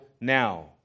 now